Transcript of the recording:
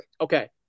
Okay